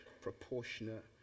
proportionate